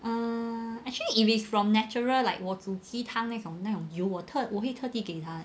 err actually if it's from natural like 我煮鸡汤那种那种油我特我会特地给他